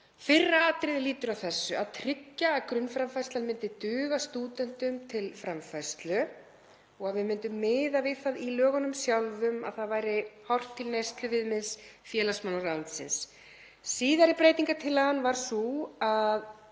Fyrra atriðið lýtur að þessu, að tryggja að grunnframfærslan myndi duga stúdentum til framfærslu og að við myndum miða við það í lögunum sjálfum að það væri horft til neysluviðmiðs félagsmálaráðuneytisins. Síðari breytingartillagan var sú að